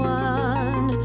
one